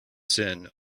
sin